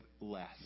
less